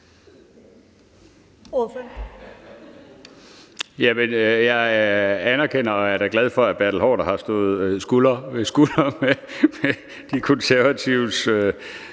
jeg anerkender og er da glad for, at Bertel Haarder har stået skulder ved skulder med